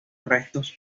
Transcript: restos